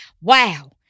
Wow